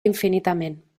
infinitament